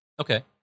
Okay